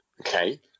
Okay